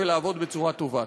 ולעבוד בצורה טובה.